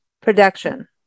production